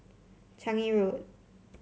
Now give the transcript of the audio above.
Changi Road